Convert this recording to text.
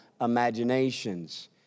imaginations